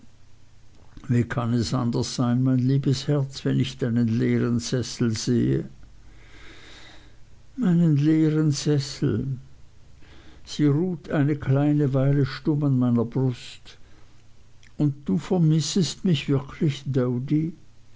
wie kann es anders sein mein liebes herz wenn ich deinen leeren sessel sehe meinen leeren sessel sie ruht eine kleine weile stumm an meiner brust und du vermissest mich wirklich doady